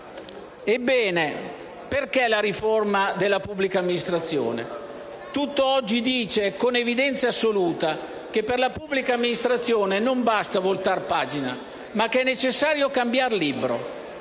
perché la riforma della pubblica amministrazione? Tutto oggi dice, con evidenza assoluta, che per la pubblica amministrazione non basta voltar pagina ma è necessario cambiare libro.